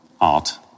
art